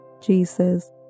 Jesus